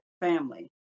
family